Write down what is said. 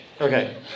Okay